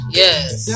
yes